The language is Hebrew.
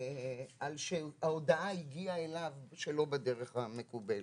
על שההודעה הגיעה אליו שלא בדרך המקובלת,